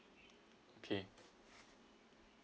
K